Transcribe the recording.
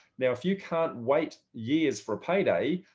now, if you can't wait years for payday,